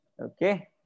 Okay